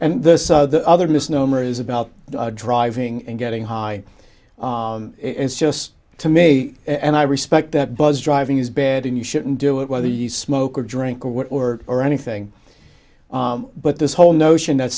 and this the other misnomer is about driving and getting high it's just to me and i respect that bus driving is bad and you shouldn't do it whether you smoke or drink or whatever or anything but this whole notion that